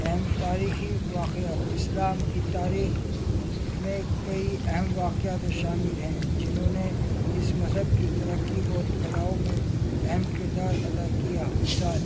اہم تاریخی واقعات اسلام کی تاریخ میں کئی اہم واقعات شامل ہیں جنہوں نے اس مذہب کی ترقی اور پھیلاؤ میں اہم کردار ادا کیا مثال